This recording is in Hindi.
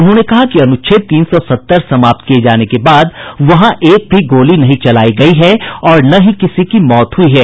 उन्होंने कहा कि अनुच्छेद तीन सौ सत्तर समाप्त किए जाने के बाद वहां एक भी गोली नहीं चलाई गई है और न ही किसी की मौत हुई है